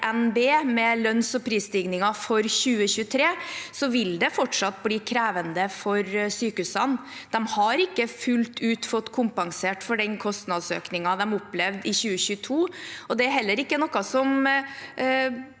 med lønns- og prisstigningen for 2023 i RNB, vil det fortsatt bli krevende for sykehusene. De har ikke fått kompensert fullt ut for kostnadsøkningen de opplevde i 2022, og det er heller ikke noe